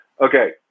okay